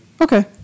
Okay